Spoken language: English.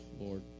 Lord